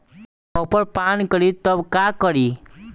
Copper पान करी तब का करी?